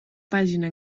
pàgina